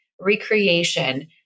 recreation